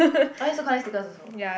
I used to collect stickers also